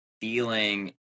feeling